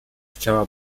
chciała